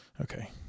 Okay